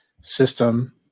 system